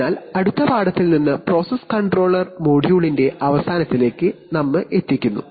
അതിനാൽ അടുത്ത പാഠത്തിൽ നിന്ന് പ്രോസസ്സ് കൺട്രോൾ മൊഡ്യൂളിന്റെ അവസാനത്തിലേക്ക് അത് നമ്മെ എത്തിക്കുന്നു